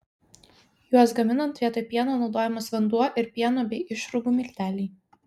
juos gaminant vietoj pieno naudojamas vanduo ir pieno bei išrūgų milteliai